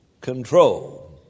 control